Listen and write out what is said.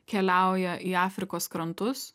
keliauja į afrikos krantus